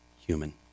human